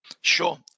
Sure